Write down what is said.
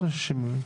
60 ימים,